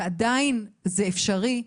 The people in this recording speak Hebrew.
אבל עדיין זה אפשרי.